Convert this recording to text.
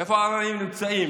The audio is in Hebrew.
איפה הערבים נמצאים?